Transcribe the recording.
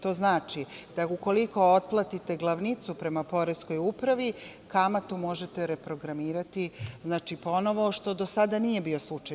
To znači da ukoliko otplatite glavnicu prema poreskoj upravi, kamatu možete reprogramirati ponovo, što do sada nije bio slučaj.